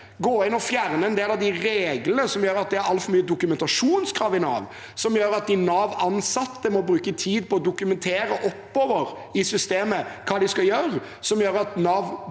gå inn og fjerne en del av de reglene som gjør at det er altfor mange dokumentasjonskrav i Nav, som gjør at de Nav-ansatte må bruke tid på å dokumentere oppover i systemet hva de skal gjøre, som igjen gjør at Nav-brukerne,